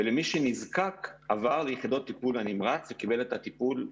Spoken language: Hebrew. ומי שנזקק עבר ליחידות טיפול נמרץ וקיבל שם טיפול המשכי.